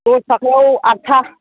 दस थाखायाव आठथा